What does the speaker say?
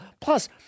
Plus